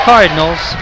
Cardinals